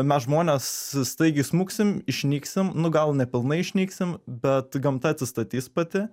mes žmonės staigiai smuksim išnyksim nu gal nepilnai išnyksim bet gamta atsistatys pati